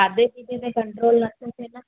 खाधे पीते ते कंट्रोल नथो थिए न